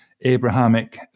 Abrahamic